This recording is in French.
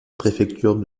préfecture